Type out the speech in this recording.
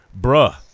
Bruh